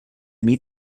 meet